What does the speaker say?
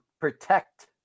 protect